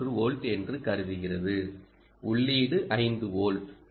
3 volt என்று கருதுகிறது உள்ளீடு 5 வோல்ட்